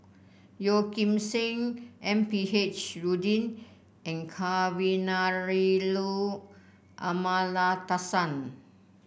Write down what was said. Yeo Kim Seng M P H Rubin and Kavignareru Amallathasan